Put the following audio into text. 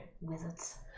Wizards